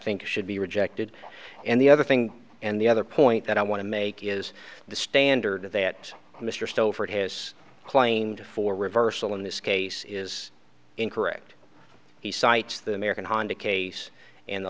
think should be rejected and the other thing and the other point that i want to make is the standard that mr stover has claimed for reversal in this case is incorrect he cites the american honda case and the